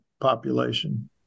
population